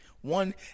One